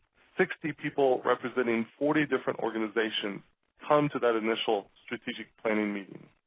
sixty people representing forty different organizations come to that initial strategic planning meeting.